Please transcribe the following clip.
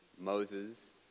Moses